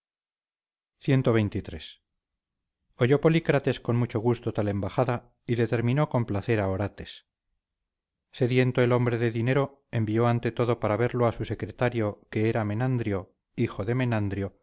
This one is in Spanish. mostrárselos cxxiii oyó polícrates con mucho gusto tal embajada y determinó complacer a orales sediento el hombre de dinero envió ante todo para verlo a su secretario que era menandrio hijo de menandrio